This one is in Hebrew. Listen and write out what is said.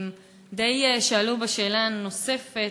די שאלו בשאלה הנוספת,